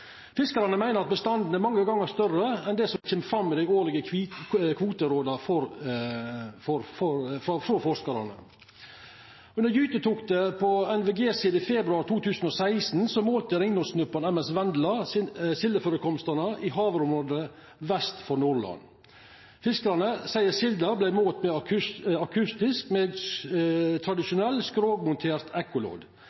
Fiskarane meiner at bestanden er mange gongar større enn det som kjem fram i dei årlege kvoteråda frå forskarane. Under gytetoktet på NVG-sild i februar 2016 målte ringnotsnurparen MS Vendla sildeførekomstane i havområdet vest for Nordland. Fiskarane seier at silda vart målt akustisk med